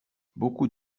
beaucoup